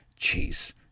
Jeez